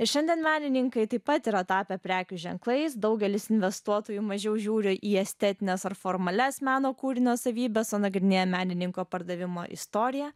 ir šiandien menininkai taip pat yra tapę prekių ženklais daugelis investuotojų mažiau žiūri į estetines ar formalias meno kūrinio savybes o nagrinėja menininko pardavimo istoriją